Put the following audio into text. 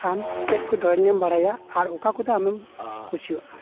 ᱟᱢ ᱪᱮᱫᱠᱚ ᱰᱨᱚᱭᱤᱝᱮᱢ ᱵᱟᱲᱟᱭᱟ ᱟᱨ ᱚᱠᱟ ᱠᱚᱫᱚ ᱟᱢᱮᱢ ᱠᱩᱥᱤᱭᱟᱜᱼᱟ